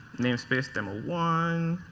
name space, demo one.